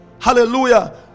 hallelujah